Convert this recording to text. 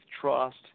trust